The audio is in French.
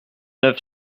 neuf